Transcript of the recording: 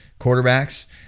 quarterbacks